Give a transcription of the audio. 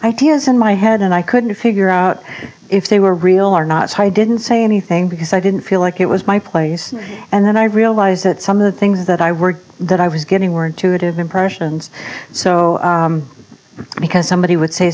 ideas in my head and i couldn't figure out if they were real are not so i didn't say anything because i didn't feel like it was my place and then i realized that some of the things that i were that i was getting weren't tooted impressions so because somebody would say